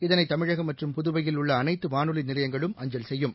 இதனைதமிழகம் மற்றும் புதுவையில் உள்ளஅனைத்துவானொலிநிலையங்களும் அஞ்சல் செய்யும்